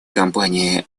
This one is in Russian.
компании